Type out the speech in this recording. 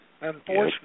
Unfortunately